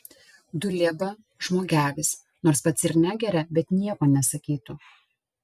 dulieba žmogelis nors pats ir negeria bet nieko nesakytų